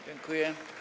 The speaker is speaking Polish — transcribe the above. Dziękuję.